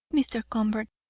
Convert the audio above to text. mr. convert,